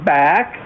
back